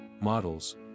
Models